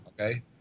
Okay